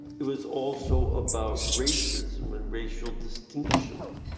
it was also about racism and racial distinction.